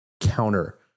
counter